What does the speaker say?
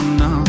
no